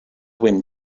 wind